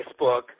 Facebook